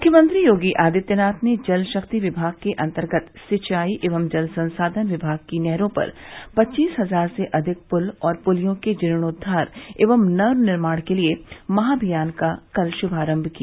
मुख्यमंत्री योगी आदित्यनाथ ने जल शक्ति विभाग के अंतर्गत सिंचाई एवं जल संसाधन विभाग की नहरों पर पच्चीस हजार से अधिक पुल और पुलियों के जीर्णोद्वार एवं नवनिर्माण के लिए महाभियान का कल शुभारंभ किया